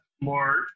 more